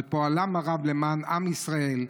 על פועלם הרב למען עם ישראל,